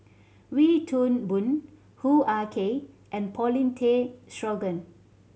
Wee Toon Boon Hoo Ah Kay and Paulin Tay Straughan